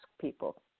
people